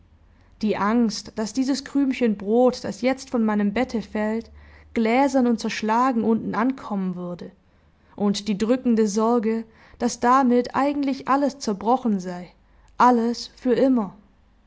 die angst daß dieses krümchen brot das jetzt von meinem bette fällt gläsern und zerschlagen unten ankommen würde und die drückende sorge daß damit eigentlich alles zerbrochen sei alles für immer